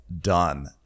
done